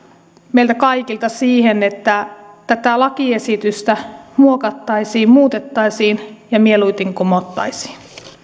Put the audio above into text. meiltä kaikilta siihen että tätä lakiesitystä muokattaisiin muutettaisiin ja se mieluiten kumottaisiin